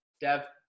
Dev